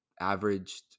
averaged